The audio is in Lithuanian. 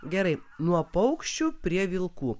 gerai nuo paukščių prie vilkų